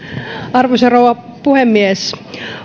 arvoisa rouva puhemies